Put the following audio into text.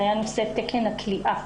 זה היה נושא תקן הכליאה.